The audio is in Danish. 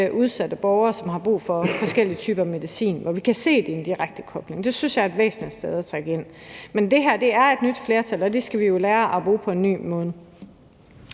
udsatte borgere, som har brug for forskellige typer medicin; vi kan se, at der er en direkte kobling. Det synes jeg er et væsentligt sted at trække ind. Men det her er et nyt flertal, og det skal vi jo lære at bruge på en ny måde.